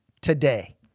today